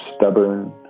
stubborn